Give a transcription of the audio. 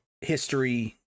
history